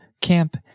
camp